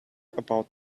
about